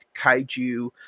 Kaiju